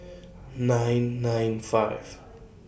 nine nine five